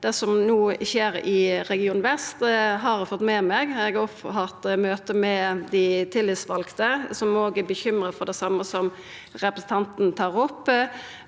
det som no skjer i region vest, har eg fått med meg. Eg har hatt møte med dei tillitsvalde, som er bekymra for det same som representanten Hjemdal